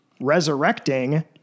resurrecting